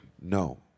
No